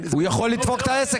הוא יכול לדפוק את העסק